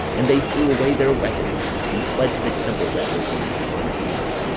and they threw away their weapons, and fled to the temple that was in carnaim.